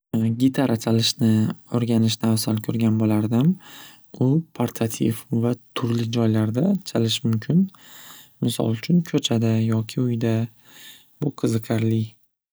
Gitara chalishni o'rganishni afzal ko'rgan bo'lardim u portativ va turli joylarda chalish mumkin misol uchun ko'chada yoki uyda bu qiziqarli.